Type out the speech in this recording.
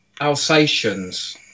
Alsatians